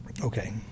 Okay